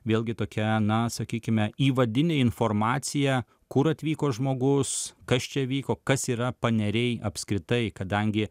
vėlgi tokia na sakykime įvadinė informacija kur atvyko žmogus kas čia vyko kas yra paneriai apskritai kadangi